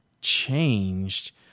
changed